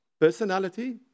personality